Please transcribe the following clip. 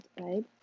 right